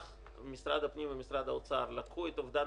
משרד הפנים ומשרד האוצר לקחו את אובדן